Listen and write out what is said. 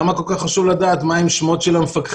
למה כל כך חשוב לדעת מה השמות של המפקחים?